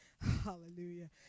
Hallelujah